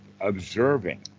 observing